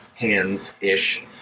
hands-ish